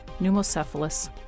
pneumocephalus